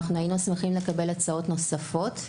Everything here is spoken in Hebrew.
היינו שמחים לקבל הצעות נוספות.